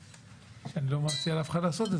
שאני לא מציע לאף אחד לעשות,